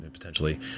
potentially